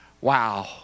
wow